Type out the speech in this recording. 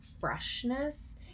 freshness